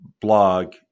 blog